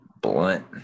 blunt